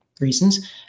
reasons